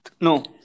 No